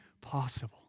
possible